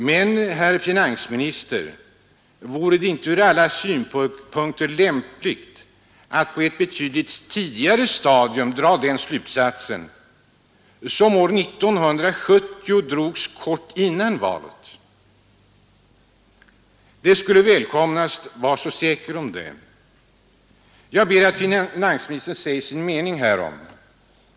Men, herr finansminister, vore det inte från allas synpunkter lämpligt att på ett betydligt tidigare stadium dra den slutsats som år 1970 drogs kort före valet? Det skulle välkomnas, va säker på det. Jag ber att finansministern säger sin mening härom.